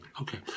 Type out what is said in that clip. Okay